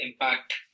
impact